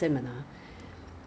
so 什么你现在你现在在放现在这个是什么